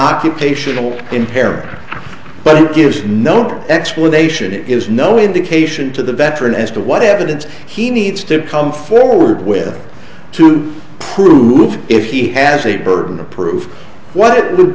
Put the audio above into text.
imperative but it gives no explanation it is no indication to the veteran as to what evidence he needs to come forward with to prove if he has a burden of proof what would